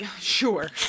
sure